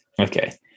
okay